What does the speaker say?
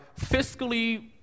fiscally